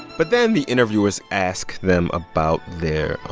but then the interviewers ask them about their,